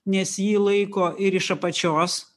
nes jį laiko ir iš apačios